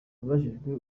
abajijwe